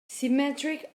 symmetric